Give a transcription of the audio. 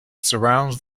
surrounds